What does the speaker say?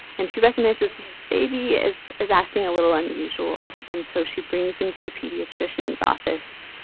and she recognizes this baby is is acting a little unusual. and so she brings him to the pediatrician's office.